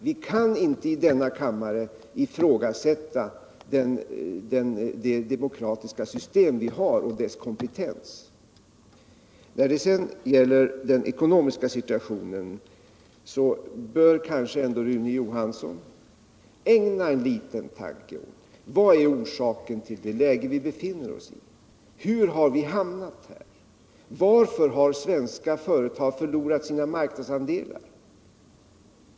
Vi kan inte i denna kammare ifrågasätta det demokratiska system vi har och dess kompetens. När det sedan gäller den ekonomiska situationen bör Rune Johansson kanske ändå ägna en liten tanke åt vad orsaken kan vara till det läge vi befinner oss i. Hur har vi hamnat här? Varför har svenska företag förlorat sina marknadsandelar?